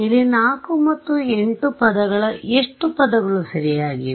ಇಲ್ಲಿ 4 ಮತ್ತು 8 ಪದಗಳ ಎಷ್ಟು ಪದಗಳು ಸರಿಯಾಗಿವೆ